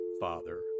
Father